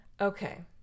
Okay